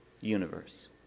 universe